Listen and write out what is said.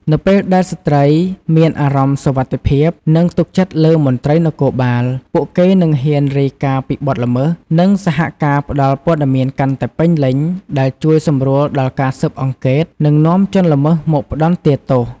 នៅពេលស្ត្រីមានអារម្មណ៍សុវត្ថិភាព និងទុកចិត្តលើមន្ត្រីនគរបាល ពួកគេនឹងហ៊ានរាយការណ៍ពីបទល្មើស និងសហការផ្តល់ព័ត៌មានកាន់តែពេញលេញដែលជួយសម្រួលដល់ការស៊ើបអង្កេត និងនាំជនល្មើសមកផ្តន្ទាទោស។